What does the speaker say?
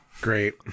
Great